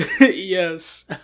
Yes